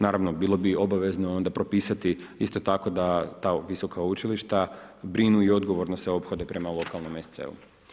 Naravno, bilo bi obavezno onda propisati isto tako da ta visoka učilišta brinu i odgovorno se ophode prema lokalnom SC-u.